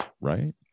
Right